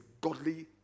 godly